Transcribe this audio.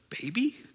baby